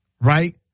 right